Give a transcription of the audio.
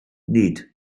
nid